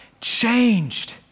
changed